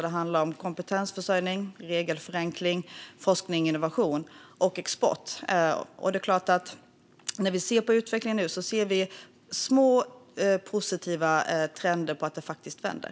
Det handlar om kompetensförsörjning, regelförenkling, forskning och innovation samt export. När vi nu tittar på utvecklingen ser vi små positiva tecken på att det faktiskt vänder.